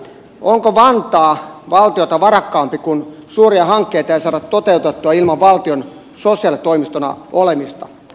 onko vantaa valtiota varakkaampi kun suuria hankkeita ei saada toteutettua ilman valtion sosiaalitoimistona olemista